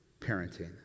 parenting